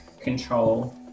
control